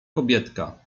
kobietka